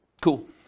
Cool